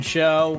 Show